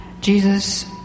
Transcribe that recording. Jesus